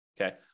okay